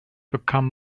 become